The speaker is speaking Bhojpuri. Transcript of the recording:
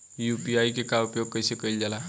यू.पी.आई के उपयोग कइसे कइल जाला?